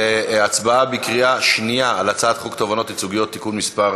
להצבעה בקריאה שנייה על הצעת חוק תובענות ייצוגיות (תיקון מס'